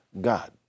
God